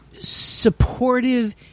supportive